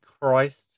Christ